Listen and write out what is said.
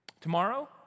Tomorrow